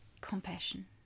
compassion